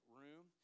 room